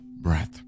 breath